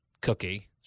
cookie